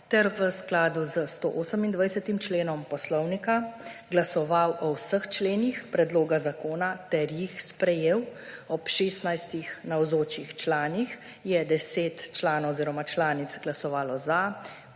ter v skladu s 128. členom Poslovnika glasoval o vseh členih predloga zakona ter jih sprejel. Ob 16 navzočih članih je 10 članic oziroma članic glasovalo za